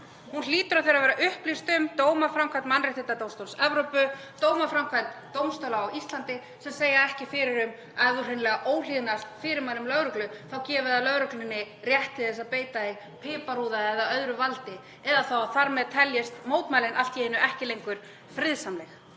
Hún hlýtur að þurfa að vera upplýst um dómaframkvæmd Mannréttindadómstóls Evrópu, dómaframkvæmd dómstóla á Íslandi sem segja ekki fyrir um að ef þú hreinlega óhlýðnast fyrirmælum lögreglu þá gefi það lögreglunni rétt til þess að beita piparúða eða öðru valdi eða þá að þar með teljist mótmælin allt í einu ekki lengur friðsamleg.